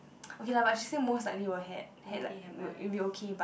okay lah but she say most likely were had had like it it will okay but